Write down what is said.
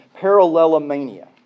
parallelomania